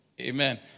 amen